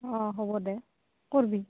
অঁ হ'ব দে কৰিবা